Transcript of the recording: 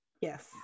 Yes